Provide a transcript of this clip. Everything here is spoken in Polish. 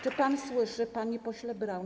Czy pan słyszy, panie pośle Braun?